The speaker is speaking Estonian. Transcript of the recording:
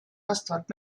vastavalt